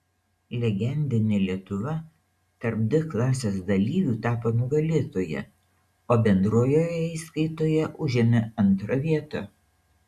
legendinė lietuva tarp d klasės dalyvių tapo nugalėtoja o bendrojoje įskaitoje užėmė antrą vietą